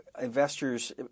investors